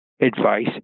advice